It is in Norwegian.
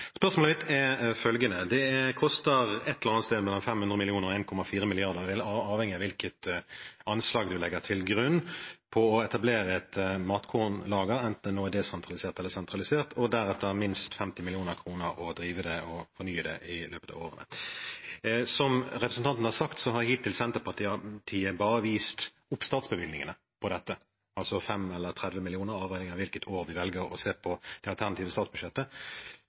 koster et sted mellom 500 mill. kr og 1,4 mrd. kr – avhengig av hvilket anslag man legger til grunn – å etablere et matkornlager, enten det er desentralisert eller sentralisert, og deretter minst 50 mill. kr å drive det og fornye det i løpet av året. Som representanten har sagt, har Senterpartiet hittil bare vist oppstartsbevilgningene for dette, altså 5 mill. kr eller 30 mill. kr, avhengig av hvilket år man velger å se på det alternative statsbudsjettet.